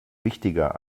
wichtiger